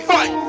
Fight